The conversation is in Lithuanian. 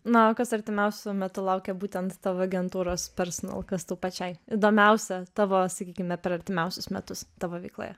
na o kas artimiausiu metu laukia būtent tavo agentūros personal kas tau pačiai įdomiausia tavo sakykime per artimiausius metus tavo veikloje